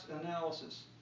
Analysis